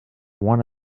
one